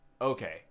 Okay